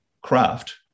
craft